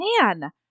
man